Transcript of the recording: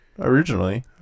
Originally